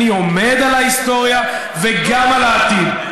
אני עומד על ההיסטוריה וגם על העתיד.